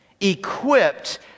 equipped